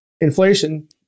inflation